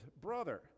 brother